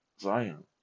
Zion